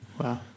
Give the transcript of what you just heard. Wow